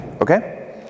okay